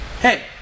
Hey